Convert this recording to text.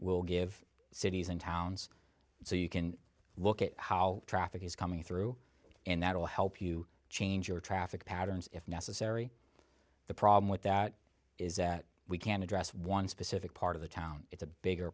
will give cities and towns so you can look at how traffic is coming through and that will help you change your traffic patterns if necessary the problem with that is that we can address one specific part of the town it's a bigger